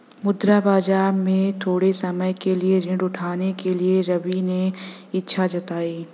मुद्रा बाजार से थोड़े समय के लिए ऋण उठाने के लिए रवि ने इच्छा जताई